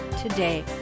today